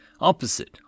opposite